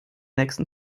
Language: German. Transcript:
nächsten